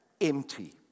empty